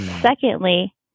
Secondly